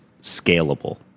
scalable